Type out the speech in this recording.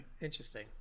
Interesting